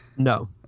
No